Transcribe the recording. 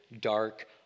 dark